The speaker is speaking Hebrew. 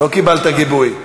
לא קיבלת גיבוי.